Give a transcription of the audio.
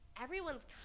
everyone's